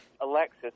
Alexis